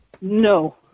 No